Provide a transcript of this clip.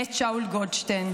מאת שאול גולדשטיין.